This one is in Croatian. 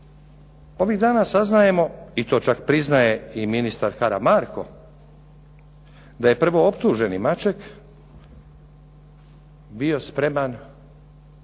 Ovih dana saznajemo i to čak priznaje i ministar Karamarko da je prvooptuženi Maček bio spreman svjedočiti